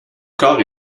corps